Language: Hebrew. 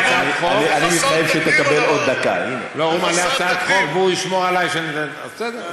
עוד דקה, הוא ישמור עלי, בסדר.